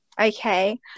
Okay